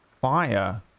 fire